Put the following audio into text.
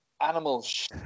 animals